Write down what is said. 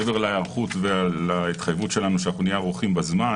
מעבר להיערכות ולהתחייבות שלנו שנהיה ערוכים בזמן